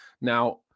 Now